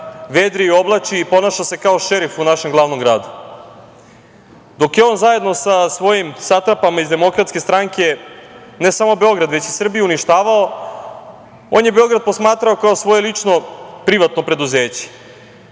vedri, oblači i ponaša se kao šerif u našem glavnom gradu. Dok je on zajedno sa svojim satrapama iz Demokratske stranke, ne samo Beograd, već Srbiju uništavao, on je Beograd posmatrao kao svoje lično privatno preduzeće,